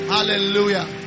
Hallelujah